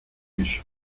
eso